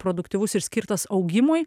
produktyvus ir skirtas augimui